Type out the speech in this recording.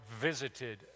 visited